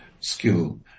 skill